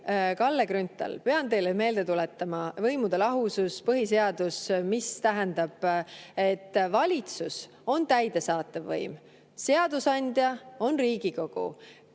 Kalle Grünthal, pean teile meelde tuletama: võimude lahusus, põhiseadus. Tähendab, valitsus on täidesaatev võim, seadusandja on Riigikogu.